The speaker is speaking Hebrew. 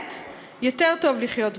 שבאמת יותר טוב לחיות בו.